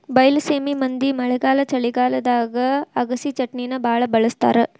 ಬೈಲಸೇಮಿ ಮಂದಿ ಮಳೆಗಾಲ ಚಳಿಗಾಲದಾಗ ಅಗಸಿಚಟ್ನಿನಾ ಬಾಳ ಬಳ್ಸತಾರ